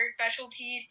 specialty